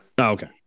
okay